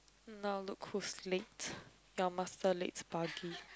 now look who's late your master lates buggy